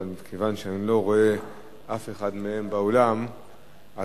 אבל מכיוון שאני לא רואה אף אחד מהם באולם אנחנו